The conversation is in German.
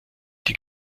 die